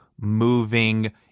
moving